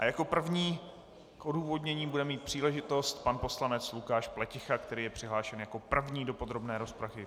Jako první k odůvodnění bude mít příležitost pan poslanec Lukáš Pleticha, který je přihlášen jako první do podrobné rozpravy.